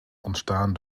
ontstaan